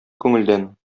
күңелдән